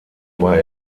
war